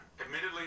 admittedly